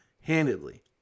Handedly